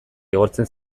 igortzen